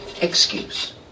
excuse